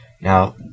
Now